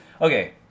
Okay